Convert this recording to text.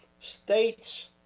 states